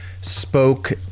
spoke